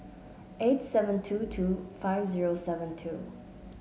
eight seven two two five zero seven two